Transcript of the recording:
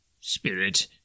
Spirit